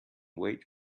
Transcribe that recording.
wait